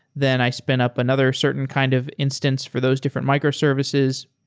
then i spin up another certain kind of instance for those different microservices.